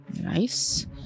Nice